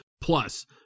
Plus